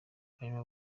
hanyuma